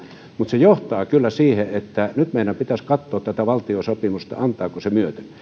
mutta se johtaa kyllä siihen että nyt meidän pitäisi katsoa tätä valtiosopimusta antaako se